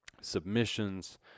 submissions